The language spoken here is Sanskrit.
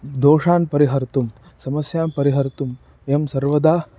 दोषान् परिहर्तुं समस्यां परिहर्तुं वयं सर्वदा